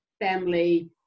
family